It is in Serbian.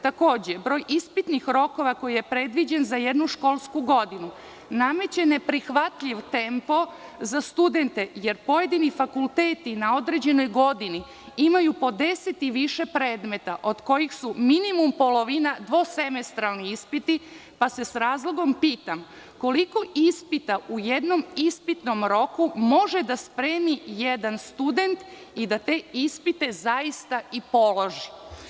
Takođe, broj ispitnih rokova koji je predviđen za jednu školsku godinu nameće neprihvatljiv tempo za studente, jer pojedini fakulteti na određenoj godini imaju po 10 i više predmeta od kojih su minimum polovina dvosemestralni ispiti, pa se sa razlogom pitam koliko ispita u jednom ispitnom roku može da spremi jedan student i da te ispite zaista i položi?